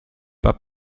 pas